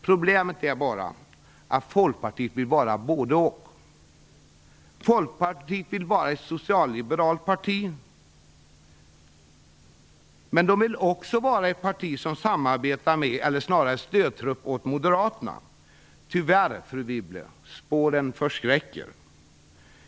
Problemet är bara att Folkpartiet vill vara både och. Folkpartiet vill vara ett socialliberalt parti, men man vill också vara ett parti som samarbetar med eller snarare är stödtrupp åt Moderaterna. Tyvärr, fru Wibble, spåren förskräcker.